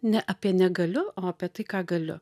ne apie negaliu o apie tai ką galiu